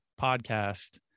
podcast